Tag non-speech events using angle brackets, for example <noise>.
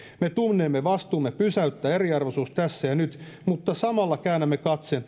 me tunnemme vastuumme pysäyttää eriarvoisuus tässä ja nyt mutta samalla käännämme katseen <unintelligible>